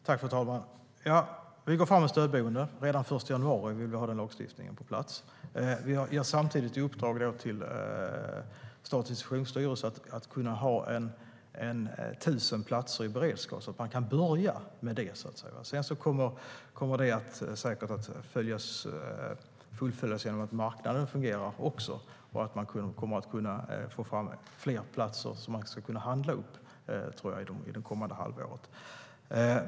Fru talman! Vi går fram med förslag om stödboenden. Redan den 1 januari vill vi ha denna lagstiftning på plats. Vi ger samtidigt Statens institutionsstyrelse i uppdrag att ha 1 000 platser i beredskap så att man kan börja med detta. Sedan kommer det säkert att fullföljas genom att marknaden också fungerar och att man kommer att kunna få fram fler platser som ska kunna handlas upp det kommande halvåret.